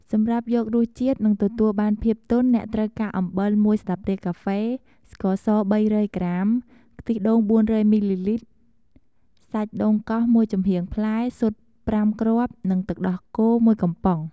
សម្រាប់យករសជាតិ និងទទួលបានភាពទន់ អ្នកត្រូវការ អំបិល ១ ស្លាបព្រាកាហ្វេ ស្ករស ៣០០ ក្រាម ខ្ទិះដូង ៤០០ មីលីលីត្រ សាច់ដូងកោស ១ ចំហៀងផ្លែ ស៊ុត ៥ គ្រាប់ និង ទឹកដោះគោ ១ កំប៉ុង។